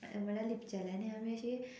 म्हळ्यार लिपचें आनी हांवे